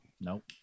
Nope